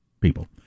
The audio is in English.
people